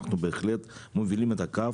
אנחנו בהחלט מובילים את הקו,